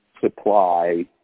supply